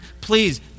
please